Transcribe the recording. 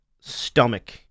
stomach